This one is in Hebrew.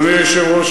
אדוני היושב-ראש,